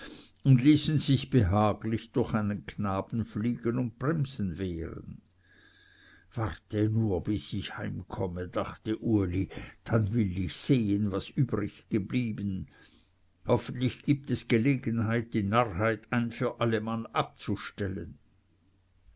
und ließen sich behaglich durch einen knaben fliegen und bremsen wehren wart nur bis ich heimkomme dachte uli dann will ich sehen was übrig geblieben hoffentlich gibt es gelegenheit die narrheit ein für alle male abzustellen